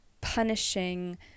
punishing